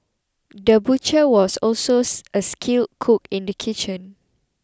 the butcher was also a skilled cook in the kitchen